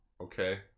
Okay